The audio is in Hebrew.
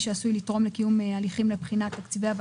אם רוצים לדעת מה העלות לבוחר במסגרת תקציב השנה השוטפת,